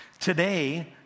Today